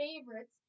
favorites